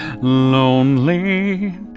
Lonely